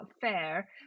fair